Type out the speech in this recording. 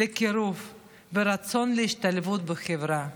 לקירוב ורצון להשתלבות בחברה.